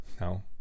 No